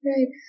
Right